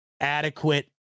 adequate